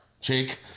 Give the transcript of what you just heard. Jake